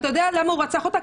ואתה יודע למה הוא רצח אותה?